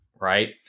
right